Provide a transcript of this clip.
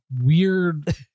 weird